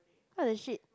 what the shit